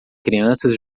crianças